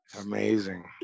Amazing